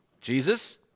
Jesus